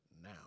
now